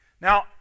Now